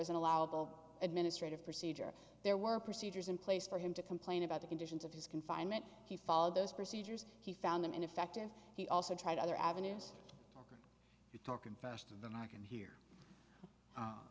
an allowable administrative procedure there were procedures in place for him to complain about the conditions of his confinement he followed those procedures he found them ineffective he also tried other avenues to talking faster than i can he